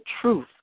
truth